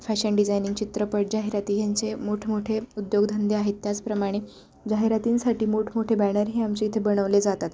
fashion designing चित्रपट जाहिराती ह्यांचे मोठमोठे उद्योगधंदे आहेत त्याचप्रमाणे जाहिरातींसाठी मोठमोठे बॅनर हे आमचे इथे बनवले जातात